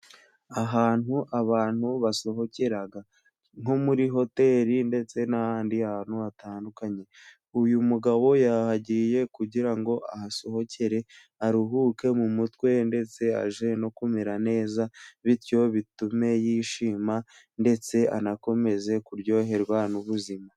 Ahantu abantu basohokera nko muri hoteli ndetse n'ahandi hantu hatandukanye. Uyu mugabo yahagiye kugira ngo ahasohokere aruhuke mu mutwe, ndetse ajye no kumera neza bityo bitume yishima ndetse anakomeze kuryoherwa n'ubuzima.